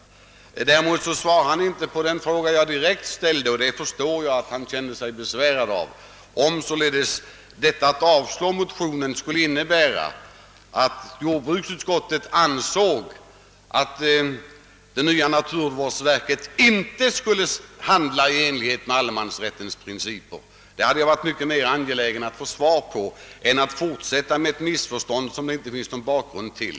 Han svarade inte på den fråga jag direkt ställde — jag förstår att den besvärade honom — om ett avslag på motionen skulle innebära att jordbruksutskottet ansåg att det nya naturvårdsverket inte skulle handla i enlighet med allemansrättens principer. Den frågan hade jag varit mycket mer angelägen att få svar på än att herr Lundmark skall fortsätta med ett missförstånd som det inte finns någon reell bakgrund till.